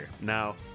Now